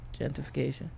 gentrification